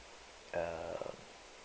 uh